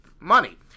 money